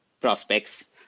prospects